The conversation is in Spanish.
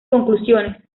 conclusiones